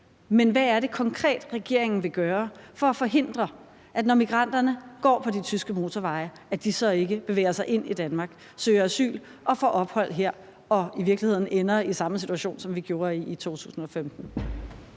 men hvad er det konkret, regeringen vil gøre for at forhindre, at migranterne, når de går på de tyske motorveje, så ikke bevæger sig ind i Danmark, søger asyl og får ophold her, så vi i virkeligheden ender i samme situation, som vi gjorde i 2015?